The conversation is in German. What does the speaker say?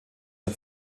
der